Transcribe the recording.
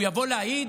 הוא יבוא להעיד?